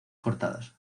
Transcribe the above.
cortadas